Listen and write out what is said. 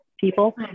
people